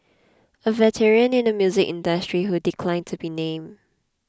a veteran in the music industry who declined to be named